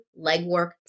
legwork